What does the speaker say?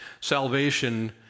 salvation